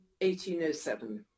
1807